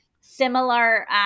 similar